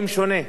לכן,